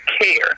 care